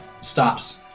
stops